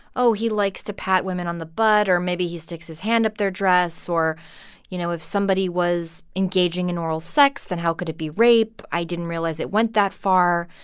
oh, he likes to pat women on the butt or maybe he sticks his hand up their dress or you know, if somebody was engaging in oral sex, then how could it be rape? i didn't realize it went that far.